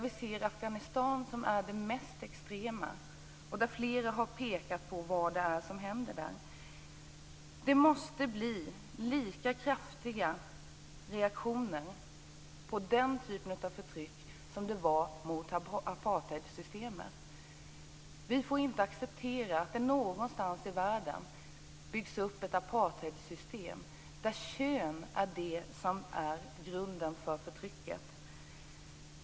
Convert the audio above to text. Vi ser där Afghanistan som det mest extrema exemplet. Flera har pekat på vad som händer där. Det måste bli lika kraftiga reaktioner på den typen av förtryck som det var mot apartheidsystemet. Vi får inte acceptera att det någonstans i världen byggs upp ett apartheidssystem där kön är grunden till förtrycket.